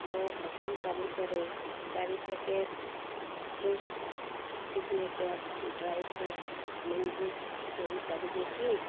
ମୋ ସପିଂ ତାଲିକାରେ ଚାରି packet Fresh Signature dry fruit munchies ଯୋଡ଼ି ପାରିବେ କି